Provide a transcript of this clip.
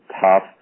tough